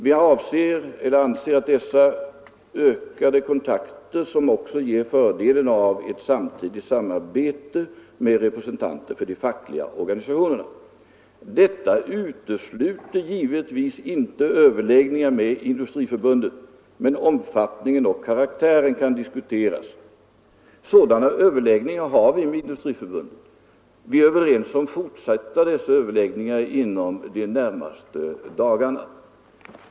Vi avser att öka dessa kontakter som också ger fördelen av ett samtidigt samarbete med representanter för de fackliga organisationerna. Detta utesluter givetvis inte överläggningar med Industriförbundet, men omfattningen och karaktären kan diskuteras.” Sådana överläggningar har vi med Industriförbundet, och vi är överens om att fortsätta de överläggningarna inom de närmaste dagarna.